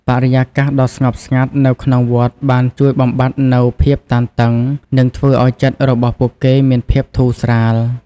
បរិយាកាសដ៏ស្ងប់ស្ងាត់នៅក្នុងវត្តបានជួយបំបាត់នូវភាពតានតឹងនិងធ្វើឱ្យចិត្តរបស់ពួកគេមានភាពធូរស្រាល។